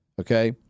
Okay